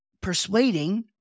persuading